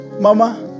Mama